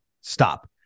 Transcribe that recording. stop